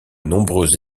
nombreuses